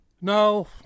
No